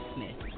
Smith